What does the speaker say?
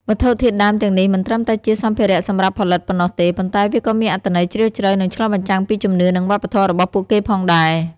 វត្ថុធាតុដើមទាំងនេះមិនត្រឹមតែជាសម្ភារៈសម្រាប់ផលិតប៉ុណ្ណោះទេ ប៉ុន្តែវាក៏មានអត្ថន័យជ្រាលជ្រៅ និងឆ្លុះបញ្ចាំងពីជំនឿ និងវប្បធម៌របស់ពួកគេផងដែរ។